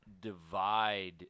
divide